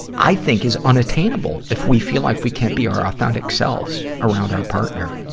i think, is unattainable if we feel like we can't be our authentic selves around our partner,